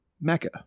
Mecca